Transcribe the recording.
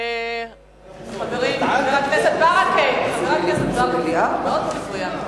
חברים, חבר הכנסת ברכה, זה מאוד מפריע.